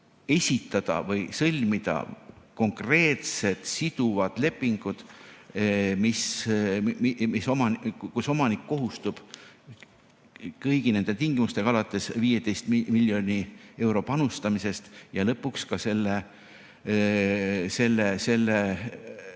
esitada või sõlmida konkreetsed siduvad lepingud, kus omanik kohustub nõustuma kõigi nende tingimustega alates 15 miljoni euro panustamisest ja lõpetades selle